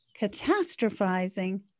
catastrophizing